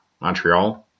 Montreal